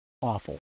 awful